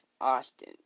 Austin